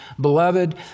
beloved